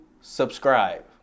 subscribe